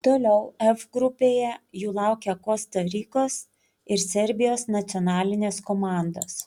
toliau f grupėje jų laukia kosta rikos ir serbijos nacionalinės komandos